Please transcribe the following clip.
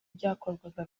byakorwaga